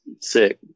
Sick